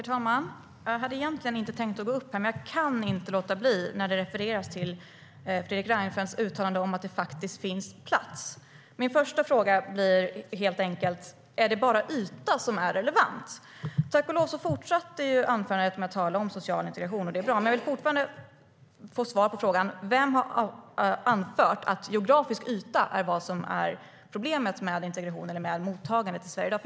Herr talman! Jag hade egentligen inte tänkt begära replik, men jag kunde inte låta bli när det refererades till Fredrik Reinfeldts uttalande om att det faktiskt finns plats. Min första fråga blir helt enkelt: Är det bara yta som är relevant? Tack och lov fortsatte anförandet med tal om social integration, och det är bra. Men jag vill fortfarande ha svar på frågan: Vem har anfört att geografisk yta är vad som är problemet med mottagandet i Sverige?